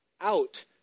out